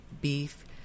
beef